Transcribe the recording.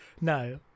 No